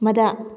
ꯃꯗꯥ